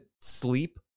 sleep